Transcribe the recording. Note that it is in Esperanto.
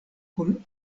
kun